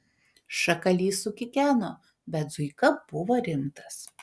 šakalys sukikeno bet zuika buvo rimtas